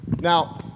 Now